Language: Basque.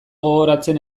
gogoratzen